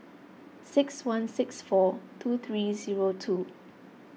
six one six four two three zero two